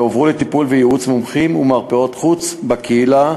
אלא הועברו לטיפול וייעוץ אצל מומחים ומרפאות חוץ בקהילה,